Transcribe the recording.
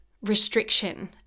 Restriction